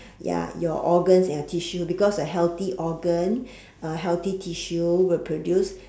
ya your organs and your tissue because a healthy organ a healthy tissue will produce